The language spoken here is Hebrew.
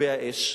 במכבי האש?